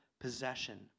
possession